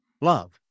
love